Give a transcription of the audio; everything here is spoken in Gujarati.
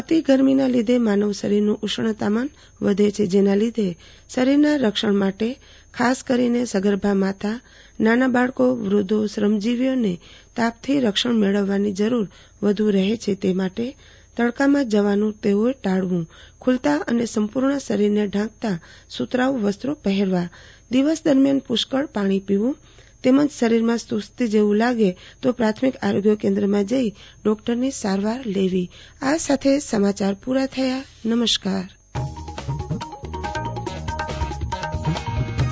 અતિ ગરમીના લીધે માનવ શરીરનું ઉષ્ણતામાન વધે છે જેના લીધે શરીરના રક્ષણ માટે ખાસ કરીને સગર્ભા માતાનાના બાળકો વૃધ્ધોશ્રમજીવીઓને તાપ થી રક્ષણ મેળવવાની જરૂર વધારે રહે છે તે માટે તડકામાં જવાનું ટાળવુખુલતા અને સંપુર્ણ શરીરને ઢાંકતા સુતરાઉ વસ્ત્રો પહેરવા દિવસ દરમ્યાન પુષ્કળ પાણી પીવુ તેમજ શરીરમાં સુસ્તી જેવુ લાગે તો નજીકના પ્રાથમિક આરોગ્ય કેન્દ્રમાં જઈ ડોક્ટરની સારવાર લેવી આરતીબેન ભદ્દ